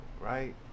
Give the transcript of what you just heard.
right